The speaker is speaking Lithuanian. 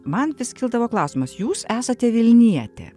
man vis kildavo klausimas jūs esate vilnietė